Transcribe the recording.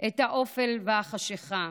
את האופל והחשכה.